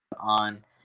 on